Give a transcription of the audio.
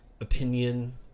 opinion